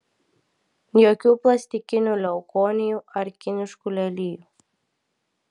jokių plastikinių leukonijų ar kiniškų lelijų